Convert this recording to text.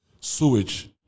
sewage